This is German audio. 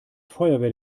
feuerwehr